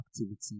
activity